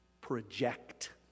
project